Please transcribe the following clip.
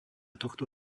tohto